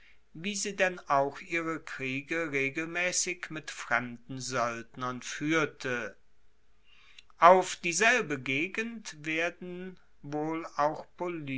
wie sie denn auch ihre kriege regelmaessig mit fremden soeldnern fuehrte auf dieselbe gegend werden wohl auch